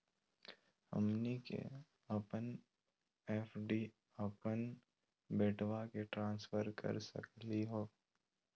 हमनी के अपन एफ.डी अपन बेटवा क ट्रांसफर कर सकली हो?